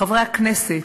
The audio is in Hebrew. חברי הכנסת,